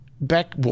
back